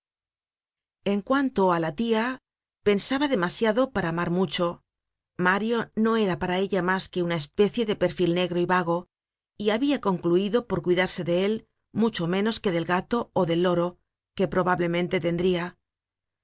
en cuanto á la tia pensaba demasiado para amar mucho mario no era para ella mas que una especie de perfil negro y vago y habia concluido por cuidarse de él mucho menos que del gato ó del loro que probablemente tendria